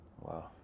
wow